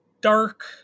dark